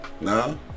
No